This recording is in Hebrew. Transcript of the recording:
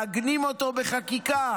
מעגנים אותו בחקיקה.